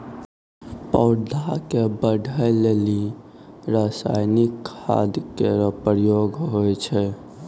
पौधा क बढ़ै लेलि रसायनिक खाद केरो प्रयोग होय छै